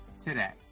today